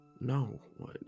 No